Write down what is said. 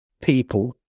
people